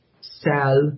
sell